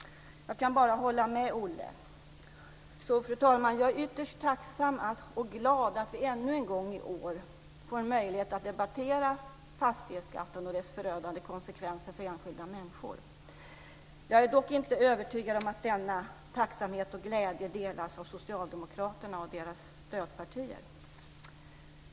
Jag kan bara hålla med Olle. Jag är därför ytterst tacksam och glad, fru talman, för att vi ännu en gång i år får möjlighet att debattera fastighetsskatten och dess förödande konsekvenser för enskilda människor. Jag är dock inte övertygad om att denna tacksamhet och glädje delas av Socialdemokraterna och deras stödpartier.